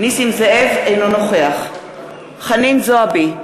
אינו נוכח חנין זועבי,